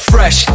Fresh